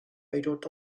非洲